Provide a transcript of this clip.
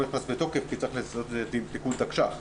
נכנס לתוקף כי צריך לעשות את זה עם תיקון תקש"ח.